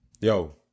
yo